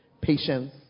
patience